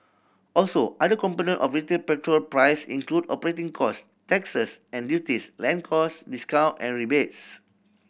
also other component of retail petrol price include operating cost taxes and duties land cost discount and rebates